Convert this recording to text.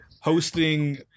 hosting